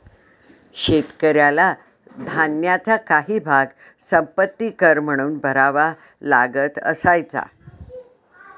शेतकऱ्याला धान्याचा काही भाग संपत्ति कर म्हणून भरावा लागत असायचा